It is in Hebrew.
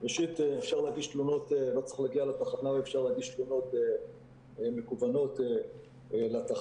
ראשית לא צריך להגיע לתחנה ואפשר להגיש תלונות מקוונות לתחנה,